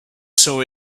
saw